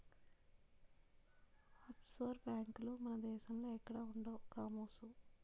offshore బేంకులు మన దేశంలో ఎక్కడా ఉండవు కామోసు